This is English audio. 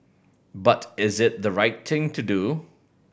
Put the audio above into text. but is it the right thing to do